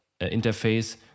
interface